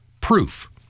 proof